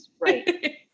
Right